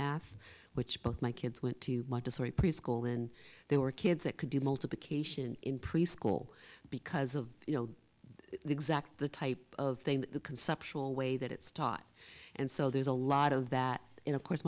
math which both my kids went to preschool and there were kids that could do multiplication in preschool because of you know the exact the type of thing the conceptual way that it's taught and so there's a lot of that in of course